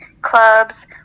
clubs